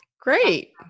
Great